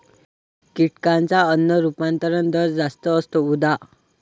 कीटकांचा अन्न रूपांतरण दर जास्त असतो, उदा